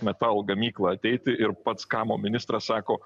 metalo gamyklą ateiti ir pats kam ministras sako